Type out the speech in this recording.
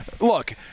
look